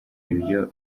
ibyo